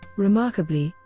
remarkably,